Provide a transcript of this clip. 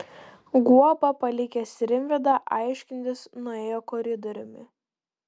guoba palikęs rimvydą aiškintis nuėjo koridoriumi